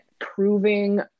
proving